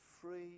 free